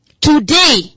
today